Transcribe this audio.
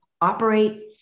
operate